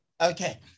okay